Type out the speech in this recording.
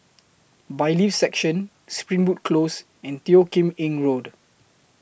Bailiffs' Section Springwood Close and Teo Kim Eng Road